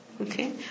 Okay